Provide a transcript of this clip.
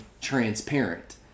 transparent